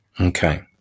Okay